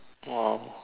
!wow!